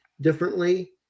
differently